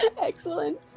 Excellent